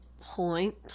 Point